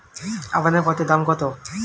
আবেদন পত্রের দাম কত?